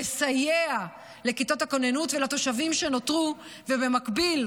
לסייע לכיתות הכוננות ולתושבים שנותרו, ובמקביל,